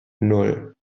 nan